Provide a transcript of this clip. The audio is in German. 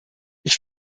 ich